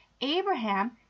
Abraham